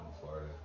Florida